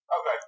Okay